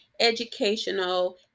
educational